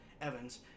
evans